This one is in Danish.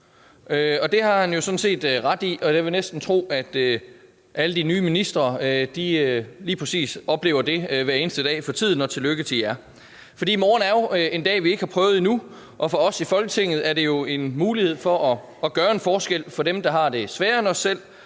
Og det har han jo sådan set ret i, og jeg vil næsten tro, at alle de nye ministre lige præcis oplever det hver eneste dag for tiden, og tillykke til dem. For i morgen er jo en dag, vi ikke har prøvet endnu, og for os i Folketinget er det en mulighed for at gøre en forskel for dem, der har det sværere end os selv,